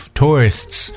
tourists